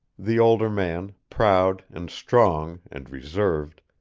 the older man, proud and strong and reserved,